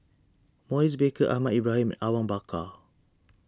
Maurice Baker Ahmad Ibrahim and Awang Bakar